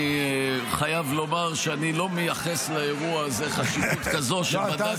אני חייב לומר שאני לא מייחס לאירוע הזה חשיבות כזאת שבדקתי --- לא,